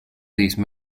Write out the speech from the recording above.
these